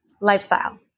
Lifestyle